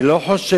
הוא נקי.